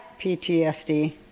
PTSD